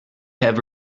have